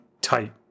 tight